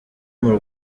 muri